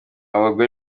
abagore